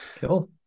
Cool